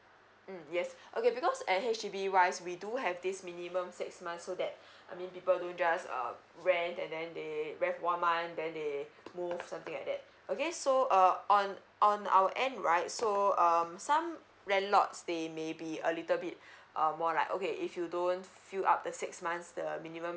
mm yes okay because uh H_D_B wise we do have this minimum six months so that I mean people don't just um rent and then they rent one month then they move or something like that okay so uh on on our end right so um some landlords they maybe a little bit um more like okay if you don't fill up the six months the minimum